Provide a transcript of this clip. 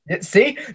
See